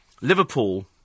Liverpool